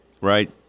Right